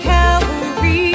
Calvary